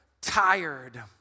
tired